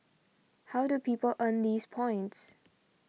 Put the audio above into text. how do people earn these points